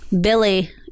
Billy